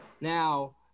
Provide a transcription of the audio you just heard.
Now